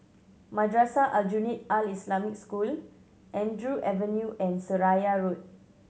Madrasah Aljunied Al Islamic School Andrew Avenue and Seraya Road